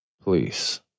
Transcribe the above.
please